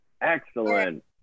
Excellent